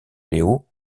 léo